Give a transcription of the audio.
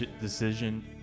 decision –